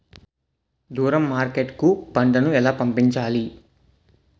దూరం మార్కెట్ కు పంట ను ఎలా పంపించాలి?